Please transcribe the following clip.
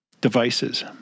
devices